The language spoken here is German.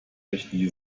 rechtliche